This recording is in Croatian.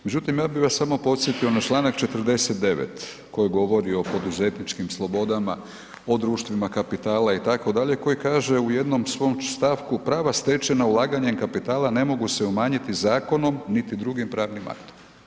Međutim, ja bi vas samo podsjetio na čl. 49. koji govori o poduzetničkim slobodama, o društvima kapitala itd., koji kaže u jednom svom stavku, prava stečena ulaganjem kapitala ne mogu se umanjiti zakonom, niti drugim pravnim aktom.